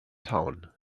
town